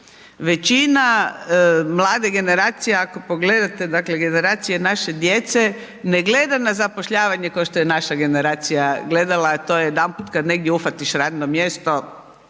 Većina mlade generacije ako pogledate dakle generacija naše djece ne gleda na zapošljavanje kao što je naša generacija gledala a to je jedanput kad negdje uhvatiš radno mjesto,